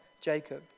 Jacob